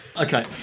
okay